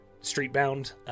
street-bound